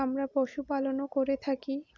আমরা পশুপালনও করে থাকি